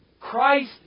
Christ